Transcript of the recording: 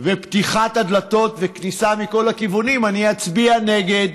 פתיחת הדלתות וכניסה מכל הכיוונים, אני אצביע נגד,